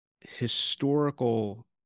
historical